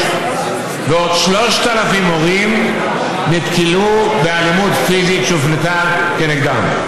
ועוד 3,000 נתקלו באלימות פיזית שהופנתה כנגדם,